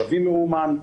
שבים מאומן,